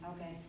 Okay